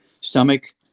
stomach